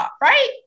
right